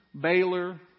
Baylor